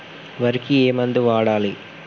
వరికి ఏ మందు వాడాలి?